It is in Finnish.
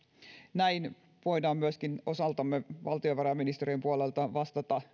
näin voimme myöskin osaltamme valtiovarainministeriön puolelta vastata